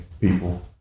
people